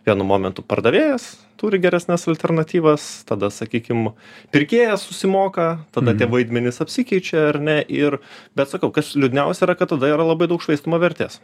vienu momentu pardavėjas turi geresnes alternatyvas tada sakykim pirkėjas susimoka tada tie vaidmenys apsikeičia ar ne ir bet sakau kas liūdniausia kad tada yra labai daug švaistymo vertės